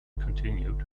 continued